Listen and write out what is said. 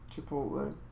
Chipotle